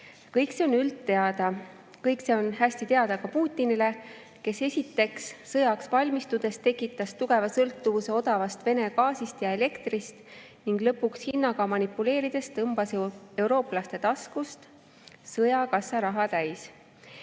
Kõik see on üldteada. Kõik see on hästi teada ka Putinile, kes esiteks sõjaks valmistudes tekitas tugeva sõltuvuse odavast Vene gaasist ja elektrist ning lõpuks hinnaga manipuleerides tõmbas eurooplaste taskust sõjakassa raha täis.